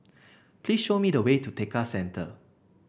please show me the way to Tekka Centre